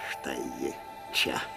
štai ji čia